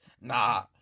Nah